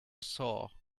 saw